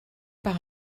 par